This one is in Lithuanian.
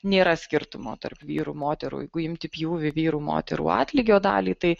nėra skirtumo tarp vyrų moterų jeigu imti pjūvių vyrų moterų atlygio dalį tai